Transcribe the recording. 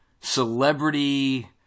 celebrity